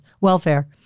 Welfare